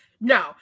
No